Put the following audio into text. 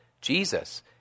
Jesus